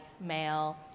male